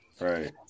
Right